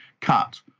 cut